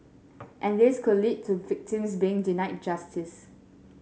and this could lead to victims being denied justice